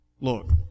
Look